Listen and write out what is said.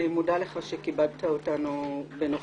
אני מודה לך שכיבדת אותנו בנוכחותך.